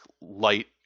light